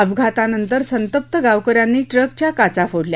अपघातानंतर संतप्त गावक यांनी ट्रकच्या काचा फोडल्या